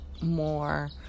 more